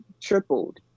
tripled